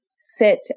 sit